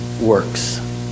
works